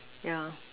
yeah